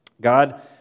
God